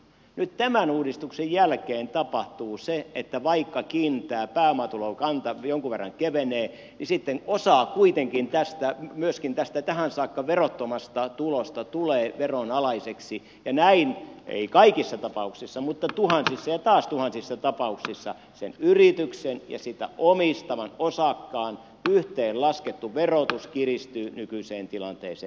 nyt tämän uudistuksen jälkeen tapahtuu se että vaikkakin tämä pääomatulokanta jonkun verran kevenee niin sitten osa kuitenkin myöskin tästä tähän saakka verottomasta tulosta tulee veronalaiseksi ja näin ei kaikissa tapauksissa mutta tuhansissa ja taas tuhansissa tapauksissa sen yrityksen ja sitä omistavan osakkaan yhteenlaskettu verotus kiristyy nykyiseen tilanteeseen verrattuna